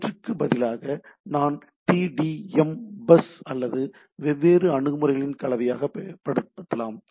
இவற்றுக்கு பதிலாக நாம் டிடிஎம் பஸ் அல்லது வெவ்வேறு அணுகுமுறைகளின் கலவையை பயன்படுத்தலாம்